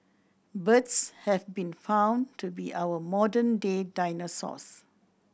birds have been found to be our modern day dinosaurs